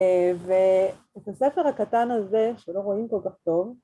ואת הספר הקטן הזה, שלא רואים כל כך טוב,